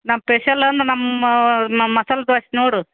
ನಮ್ಮ ಪೆಷಲ್ಲು ನಮ್ಮ ನಮ್ಮ ಮಸಾಲೆ ದ್ವಾಸ್ ನೋಡು